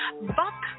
Buck